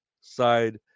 side